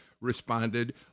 responded